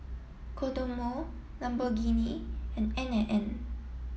Kodomo Lamborghini and N and N